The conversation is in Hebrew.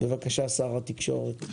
בבקשה, שר התקשורת.